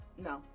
No